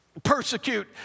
persecute